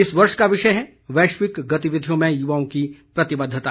इस वर्ष का विषय है वैश्विक गतिविधियों में युवाओं की प्रतिबद्धता